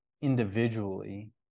individually